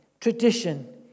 tradition